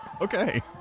Okay